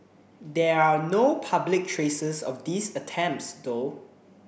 there are no public traces of these attempts though